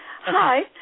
Hi